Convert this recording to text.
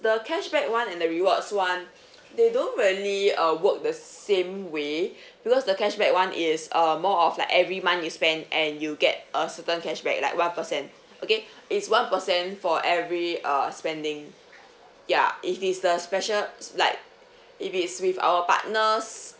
the cashback [one] and the rewards [one] they don't really uh work the same way because the cashback [one] is uh more of like every month you spend and you get a certain cashback like one percent again okay it's one percent for every uh spending ya if it's the special like if it's with our partners